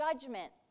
judgment